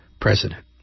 president